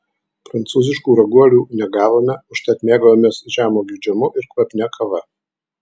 prancūziškų raguolių negavome užtat mėgavomės žemuogių džemu ir kvapnia kava